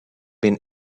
been